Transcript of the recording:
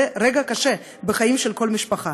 זה רגע קשה בחיים של כל משפחה.